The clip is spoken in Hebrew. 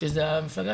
שזה המפלגה,